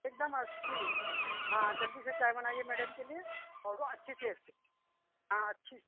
एकदम अच्छी हाँ जल्दी से चाय बनाईए मैडम के लिए और वो अच्छी से अच्छी हाँ अच्छी